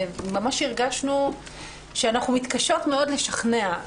ממש הרגשנו שאנחנו מתקשות מאוד לשכנע,